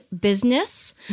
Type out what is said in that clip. business